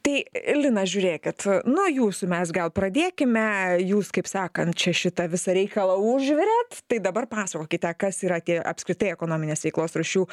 tai lina žiūrėkit nuo jūsų mes gal pradėkime jūs kaip sakant čia šitą visą reikalą užvirėt tai dabar pasakokite kas yra tie apskritai ekonominės veiklos rūšių